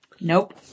Nope